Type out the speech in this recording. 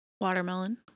Watermelon